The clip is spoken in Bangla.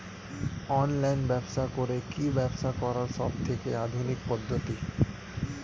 অনলাইন ব্যবসা করে কি ব্যবসা করার সবথেকে আধুনিক পদ্ধতি?